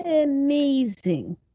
Amazing